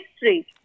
history